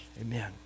Amen